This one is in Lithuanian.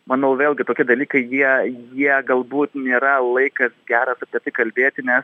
manau vėlgi toki dalykai jie jie galbūt nėra laikas geras apie tai kalbėti nes